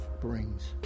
brings